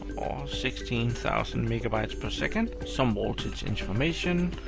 or sixteen thousand megabytes per second. some voltage information.